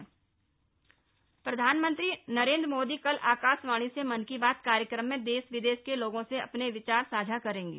मन की बात प्रधानमंत्री नरेन्द्र मोदी कल आकाशवाणी से मन की बात कार्यक्रम में देश विदेश के लोगों से अपने विचार साझा करेंगे